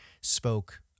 spoke